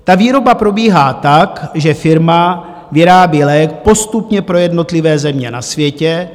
Ta výroba probíhá tak, že firma vyrábí lék postupně pro jednotlivé země na světě.